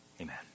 Amen